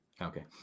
Okay